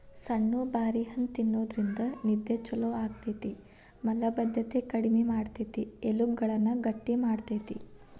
ಸಣ್ಣು ಬಾರಿ ಹಣ್ಣ ತಿನ್ನೋದ್ರಿಂದ ನಿದ್ದೆ ಚೊಲೋ ಆಗ್ತೇತಿ, ಮಲಭದ್ದತೆ ಕಡಿಮಿ ಮಾಡ್ತೆತಿ, ಎಲಬುಗಳನ್ನ ಗಟ್ಟಿ ಮಾಡ್ತೆತಿ